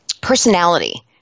personality